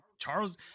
charles